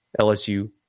LSU